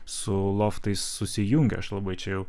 su loftais susijungia aš labai čia jau